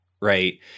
right